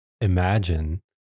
imagine